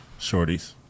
Shorties